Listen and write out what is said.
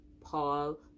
Paul